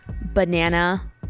banana